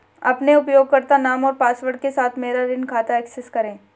अपने उपयोगकर्ता नाम और पासवर्ड के साथ मेरा ऋण खाता एक्सेस करें